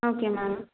okay ma'am